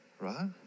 Right